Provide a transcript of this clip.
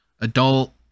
adult